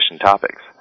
topics